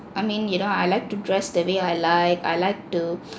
I mean you know I like to dress the way I like I like to